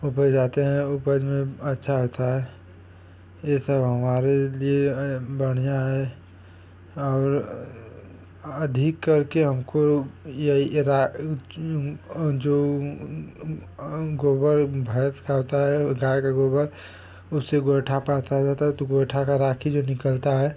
उपज़ाते हैं उपज़ में अच्छा होता है यह सब हमारे लिए बढ़ियाँ है और अधिक करके हमको यही जो गोबर भैंस का होता है गाय का गोबर उसी को गोइठा पाथा जाता है तो गोइठा की राख जो निकलती है